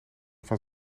van